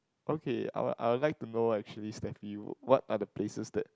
okay I would I would like to know actually Steffi what are the places that